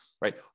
Right